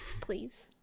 please